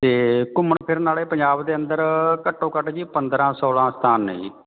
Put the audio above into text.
ਅਤੇ ਘੁੰਮਣ ਫਿਰਨ ਵਾਲੇ ਪੰਜਾਬ ਦੇ ਅੰਦਰ ਘੱਟੋ ਘੱਟ ਜੀ ਪੰਦਰ੍ਹਾਂ ਸੋਲ੍ਹਾਂ ਸਥਾਨ ਨੇ ਜੀ